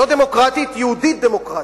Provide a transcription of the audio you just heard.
לא דמוקרטית, יהודית-דמוקרטית,